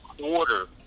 quarter